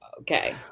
Okay